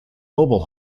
mobile